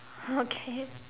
okay